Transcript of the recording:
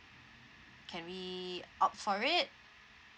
can we opt for it